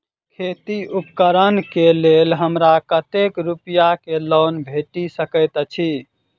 खेती उपकरण केँ लेल हमरा कतेक रूपया केँ लोन भेटि सकैत अछि?